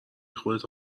خودتو